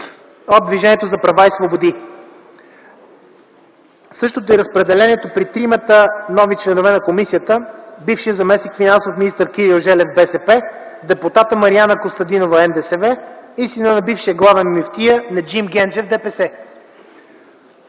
от „Движението за права и свободи”. Същото е и разпределението при тримата нови членове на комисията – бившият заместник финансов министър Кирил Желев – БСП, депутатът Мариана Костадинова – НДСВ, и синът на бившия главен мюфтия Недим Генджев – ДПС.